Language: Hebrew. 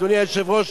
אדוני היושב-ראש,